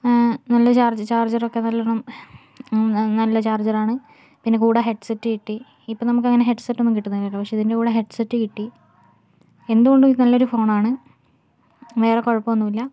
നല്ല ചാർജ് ചാർജറൊക്കെ നല്ലോണം നല്ല ചാർജർ ആണ് പിന്നെ കൂടെ ഹെഡ്സെറ്റ് കിട്ടി ഇപ്പോൾ നമുക്ക് അങ്ങനെ ഹെഡ്സെറ്റൊന്നും കിട്ടന്നില്ലല്ലോ പക്ഷേ ഇതിൻറെ കൂടെ ഹെഡ്സെറ്റ് കിട്ടി എന്തുകൊണ്ടും ഇത് നല്ലൊരു ഫോണാണ് വേറെ കുഴപ്പമൊന്നുമില്ല